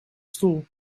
stoel